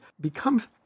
becomes